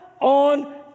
on